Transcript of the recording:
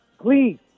please